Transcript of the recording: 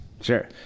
sure